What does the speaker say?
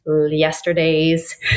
yesterday's